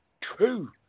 True